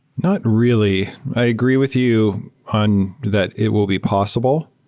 not really. i agree with you on that it will be possible.